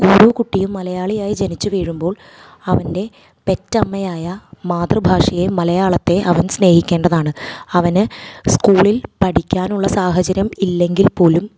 ഓരോ കുട്ടിയും മലയാളിയായി ജനിച്ച് വീഴുമ്പോൾ അവൻ്റെ പെറ്റമ്മയായ മാതൃഭാഷയെ മലയാളത്തെ അവൻ സ്നേഹിക്കേണ്ടതാണ് അവന് സ്കൂളിൽ പഠിക്കാനുള്ള സാഹചര്യം ഇല്ലെങ്കിൽ പോലും